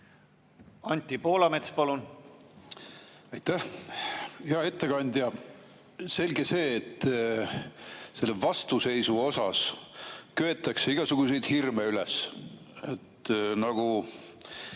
Anti Poolamets, palun! Aitäh! Hea ettekandja! Selge see, et selle vastuseisu osas köetakse igasuguseid hirme üles. Nagu